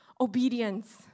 Obedience